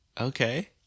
okay